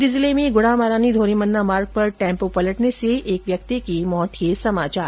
बाड़मेर जिले में गुढामालानी धोरीमन्ना मार्ग पर र्टैम्पों पलटने से एक व्यक्ति की मौत हो गई